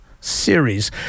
series